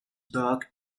dug